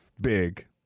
big